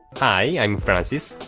hi, i'm francis,